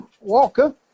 Walker